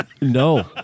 No